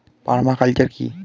Parma culture কি?